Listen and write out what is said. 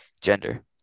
gender